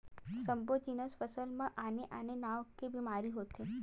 सब्बो जिनिस फसल म आने आने नाव के बेमारी होथे